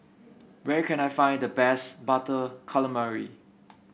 where can I find the best Butter Calamari